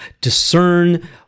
discern